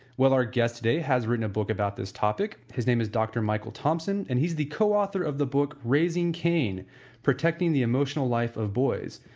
well, our guest today has written a book about this topic. his name is dr. michael thompson and he is the co-author of the book raising cain protecting the emotional life of boys.